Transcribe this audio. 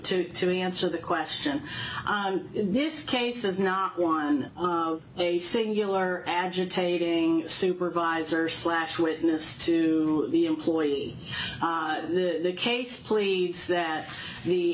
to to answer the question in this case is not one a singular agitating supervisor slash witness to the employee in the case pleads that the